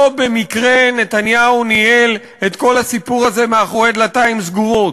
לא במקרה נתניהו ניהל את כל הסיפור הזה מאחורי דלתיים סגורות.